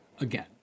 again